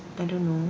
I don't know